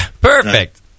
Perfect